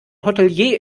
hotelier